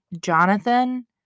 Jonathan